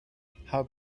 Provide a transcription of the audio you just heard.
how